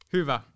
Hyvä